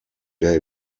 der